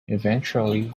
eventually